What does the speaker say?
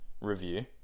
review